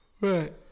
Right